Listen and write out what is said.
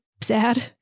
sad